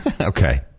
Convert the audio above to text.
Okay